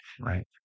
Right